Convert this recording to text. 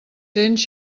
cents